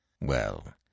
Well